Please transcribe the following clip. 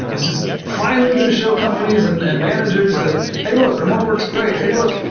this is fi nally going to show companies and and managers that, hey, look. remote work is great. hey, look.